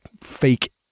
fake